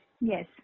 Yes